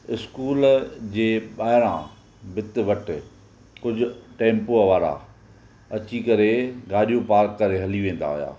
school जे ॿाहिरां भिति वटि कुझु टेम्पूअ वारा अची करे गाॾियूं पार्क करे हली वेंदा हुआ